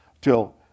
till